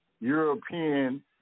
European